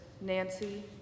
Nancy